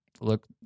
Look